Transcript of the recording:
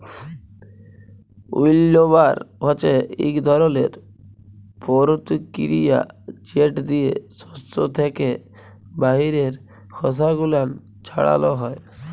উইল্লবার হছে ইক ধরলের পরতিকিরিয়া যেট দিয়ে সস্য থ্যাকে বাহিরের খসা গুলান ছাড়ালো হয়